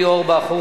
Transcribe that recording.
אורי אורבך,